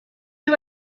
you